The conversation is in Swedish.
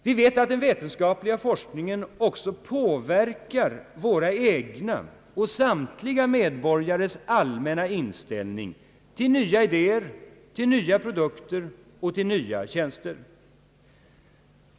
Vi vet att den vetenskapliga forskning en också påverkar vår egen och samtliga medborgares allmänna inställning till nya idéer, till nya produkter och till nya tjänster.